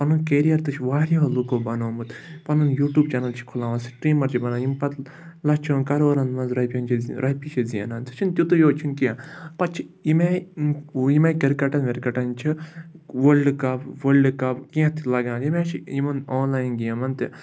پَنُن کیریَر تہِ چھُ واریَہو لُکو بنوومُت پَنُن یوٗٹوٗب چَنَل چھِ کھُلاوان سِٹرٛیٖمَر چھِ بَنان یِم پَتہٕ لَچھَن کَرورَن منٛز رۄپیَن چھِ زِ رۄپیہِ چھِ زینان سُہ چھِنہٕ تِتُے یوت چھِنہٕ کینٛہہ پَتہٕ چھِ ییٚمہِ آے ییٚمہِ آے کِرکَٹَن وِرکَٹَن چھِ وٲلڈٕ کَپ وٲلڈٕ کَپ کینٛہہ تہِ لَگان ییٚمہِ آے چھِ یِمَن آنلاین گیمَن تہِ